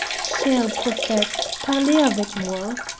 cher prophete, parlez avec moi!